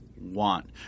want